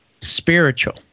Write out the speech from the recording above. spiritual